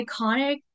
iconic